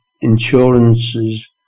insurances